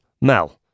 Mel